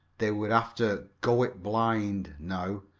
they would have to go it blind now,